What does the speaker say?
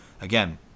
again